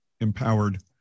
empowered